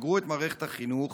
כשסגרו את מערכת החינוך,